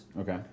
Okay